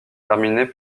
terminés